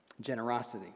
generosity